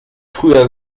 früher